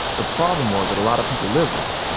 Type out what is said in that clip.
the problem was that a lot of people lived there.